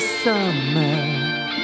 summer